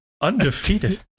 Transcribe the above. Undefeated